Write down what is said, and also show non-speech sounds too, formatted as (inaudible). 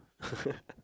(laughs)